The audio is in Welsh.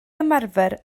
ymarfer